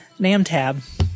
NamTab